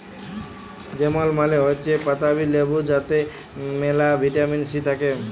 lemon মালে হৈচ্যে পাতাবি লেবু যাতে মেলা ভিটামিন সি থাক্যে